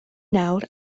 nawr